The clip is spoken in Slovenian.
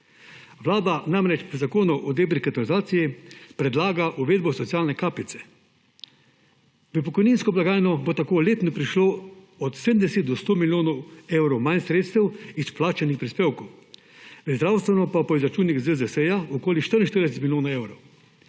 Vlada namreč pri zakonu o debirokratizaciji predlaga uvedbo socialne kapice. V pokojninsko blagajno bo tako letno prišlo od 70 do 100 milijonov evrov manj sredstev iz vplačanih prispevkov, v zdravstveno pa po izračunih ZZZS okoli 44 milijonov evrov.